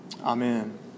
Amen